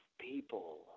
people